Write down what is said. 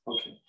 Okay